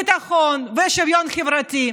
הביטחון והשוויון החברתי,